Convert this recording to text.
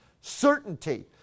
certainty